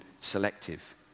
selective